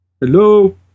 Hello